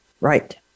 Right